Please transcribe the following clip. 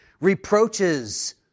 Reproaches